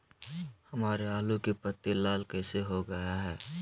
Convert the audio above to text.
हमारे आलू की पत्ती लाल कैसे हो गया है?